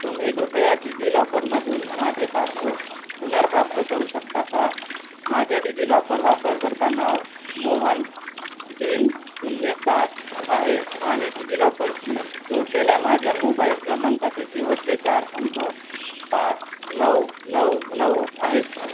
तुम्ही कृपया डिजिलॉकरमधून माझे पासपोर्ट पुनर्प्राप्त करू शकता का माझे डिजिलॉकर वापरकर्ता नाव मोहन तीन शून्य सात आहे आणि डिजिलॉकरशी जोडलेल्या माझ्या मोबाईल क्रमांकाचे शेवटचे चार अंक पाच नऊ नऊ नऊ आहेत